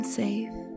safe